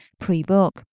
Pre-book